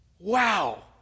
Wow